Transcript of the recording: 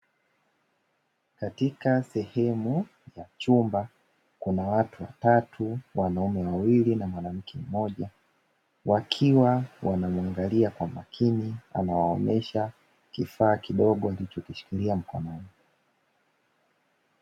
Katika sehemu ya chumba, kuna watu watatu, wanaume wawili na mwanamke mmoja. Wakiwa wanamwangalia kwa makini, anawaonesha kifaa kidogo alichokishikiria mkononi.